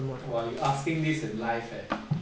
!wah! you asking this in live eh